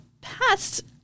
past